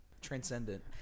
transcendent